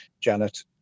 Janet